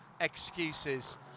Excuses